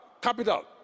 capital